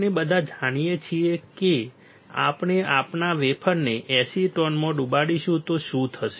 આપણે બધા જાણીએ છીએ કે આપણે આપણા વેફરને એસિટોનમાં ડુબાડીશું તો શું થશે